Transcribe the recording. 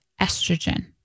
estrogen